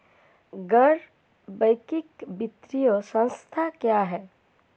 गैर बैंकिंग वित्तीय संस्था क्या है?